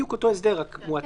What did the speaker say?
בדיוק אותו הסדר, רק הועתק.